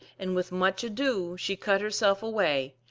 and with much ado she cut herself away,